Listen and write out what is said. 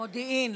מודיעין,